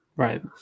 Right